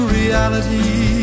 reality